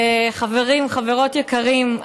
חברים וחברות יקרים,